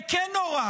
זה כן נורא,